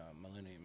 Millennium